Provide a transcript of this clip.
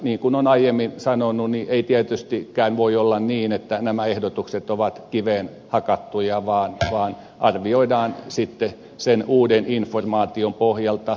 niin kuin olen aiemmin sanonut ei tietystikään voi olla niin että nämä ehdotukset ovat kiveen hakattuja vaan arvioidaan sitten sen uuden informaation pohjalta